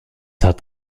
hat